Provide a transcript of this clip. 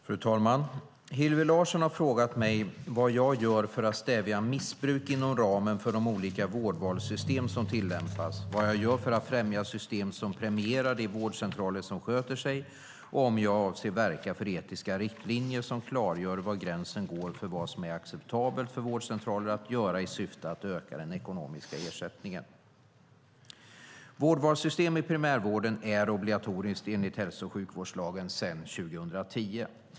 Fru talman! Hillevi Larsson har frågat mig vad jag gör för att stävja missbruk inom ramen för de olika vårdvalssystem som tillämpas, vad jag gör för att främja system som premierar de vårdcentraler som sköter sig och om jag avser att verka för etiska riktlinjer som klargör var gränsen går för vad som är acceptabelt för vårdcentraler att göra i syfte att öka den ekonomiska ersättningen. Vårdvalssystem i primärvården är obligatoriskt enligt hälso och sjukvårdslagen sedan 2010.